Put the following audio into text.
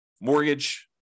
mortgage